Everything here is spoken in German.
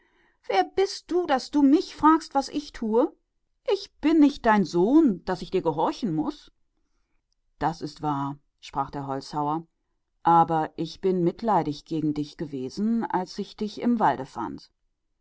wer bist du daß du mich fragst was ich tue ich bin nicht dein sohn daß ich tue was du mich heißest da sprichst du wahr antwortete der holzfäller aber ich erbarmte mich deiner als ich dich im walde fand